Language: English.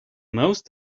most